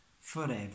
forever